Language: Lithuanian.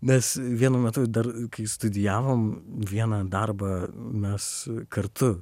nes vienu metu dar kai studijavom vieną darbą mes kartu